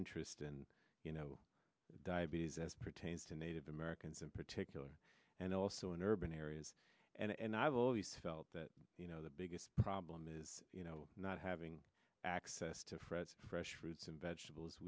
interest in you know diabetes as pertains to native americans in particular and also in urban areas and i've always felt that you know the biggest problem is you know not having access to fresh fruits and vegetables